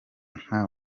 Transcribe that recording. nta